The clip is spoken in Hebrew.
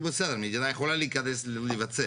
בסדר, מדינה יכולה להיכנס לבצע